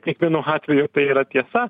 kiekvienu atveju tai yra tiesa